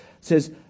says